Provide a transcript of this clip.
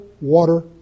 water